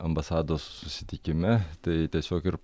ambasados susitikime tai tiesiog ir